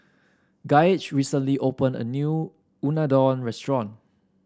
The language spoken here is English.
Gaige recently opened a new Unadon Restaurant